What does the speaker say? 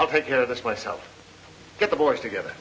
i'll take care of this myself get the boys together